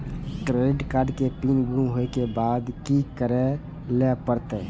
Credit card के pin गुम होय के बाद की करै ल परतै?